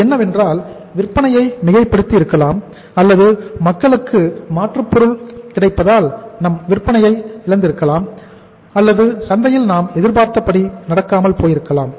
அது என்னவென்றால் விற்பனையை மிகைப்படுத்தி இருக்கலாம் அல்லது மக்களுக்கு மாற்றுப்பொருள் கிடைப்பதால் நாம் விற்பனையை இழந்திருக்கலாம் அல்லது சந்தையில் நாம் எதிர்பார்த்தபடி நடக்காமல் போயிருக்கலாம்